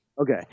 Okay